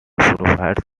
provides